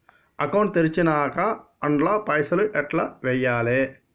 Account తెరిచినాక అండ్ల పైసల్ ఎట్ల వేయాలే?